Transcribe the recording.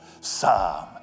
Psalm